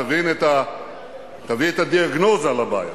תביא את הדיאגנוזה לבעיה.